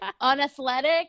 unathletic